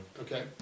okay